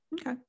Okay